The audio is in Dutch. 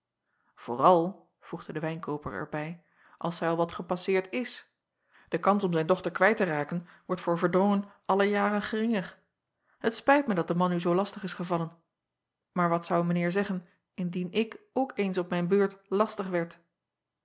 ooral voegde de wijnkooper er bij als zij al wat gepasseerd is e kans om zijn dochter kwijt te raken wordt voor erdrongen alle jaren geringer et spijt mij dat de man u zoo lastig is gevallen maar wat zou mijn eer zeggen indien ik ook eens op mijn beurt lastig werd